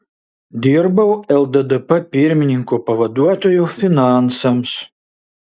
dirbau lddp pirmininko pavaduotoju finansams